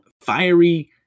fiery